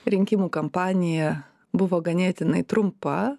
rinkimų kampanija buvo ganėtinai trumpa